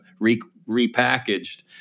repackaged